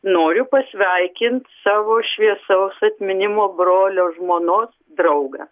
noriu pasveikint savo šviesaus atminimo brolio žmonos draugą